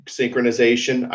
synchronization